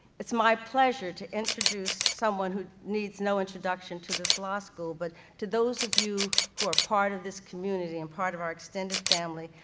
it's my pleasure to introduce, someone who needs no introduction to this law school, but to those of you who are part of this community, and part of our extended extended family,